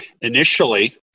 initially